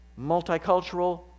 multicultural